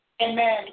Amen